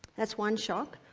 that's one shock.